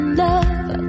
love